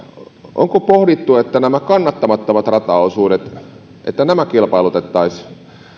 onko pohdittu että nämä kannattamattomat rataosuudet kilpailutettaisiin